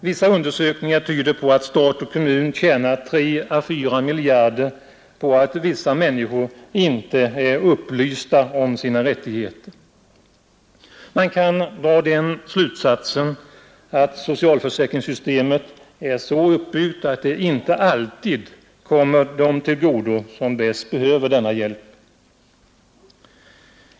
Vissa undersökningar tyder på att stat och kommun tjänar 3—4 miljarder på att vissa människor inte är upplysta om sina rättigheter. Man kan dra den slutsatsen att socialförsäkringssystemet är så uppbyggt att det inte alltid kommer dem till godo som bäst behöver denna hjälp.